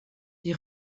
die